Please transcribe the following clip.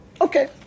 Okay